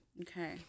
Okay